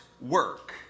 work